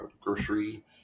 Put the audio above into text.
grocery